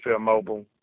Mobile